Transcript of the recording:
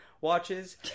watches